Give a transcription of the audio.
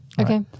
Okay